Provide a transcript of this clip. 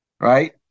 right